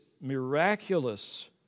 miraculous